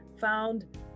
found